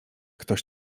ktoś